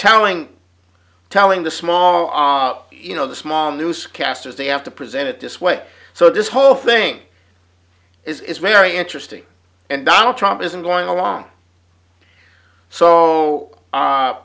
telling telling the small you know the small newscasters they have to present it this way so this whole thing is very interesting and donald trump isn't going along so